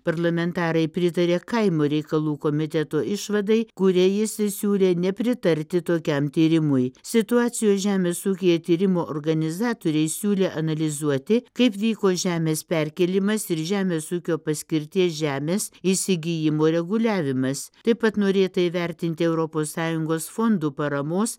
parlamentarai pritarė kaimo reikalų komiteto išvadai kuria jis ir siūrė nepritarti tokiam tyrimui situacijos žemės ūkyje tyrimo organizatoriai siūlė analizuoti kaip vyko žemės perkėlimas ir žemės ūkio paskirties žemės įsigijimo reguliavimas taip pat norėta įvertinti europos sąjungos fondų paramos